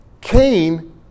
Cain